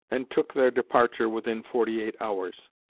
and took their departure within forty-eight hours.